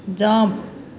jump